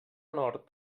nord